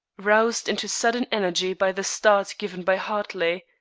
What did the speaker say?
roused into sudden energy by the start given by hartley.